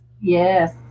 Yes